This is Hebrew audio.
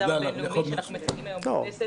הבין-לאומי שאנחנו מציינים היום בכנסת.